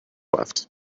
left